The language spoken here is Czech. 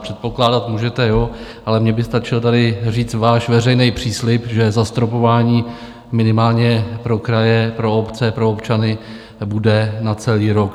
Předpokládat můžete, ale mně by stačilo tady říct váš veřejný příslib, že zastropování minimálně pro kraje, pro obce, pro občany bude na celý rok 2023.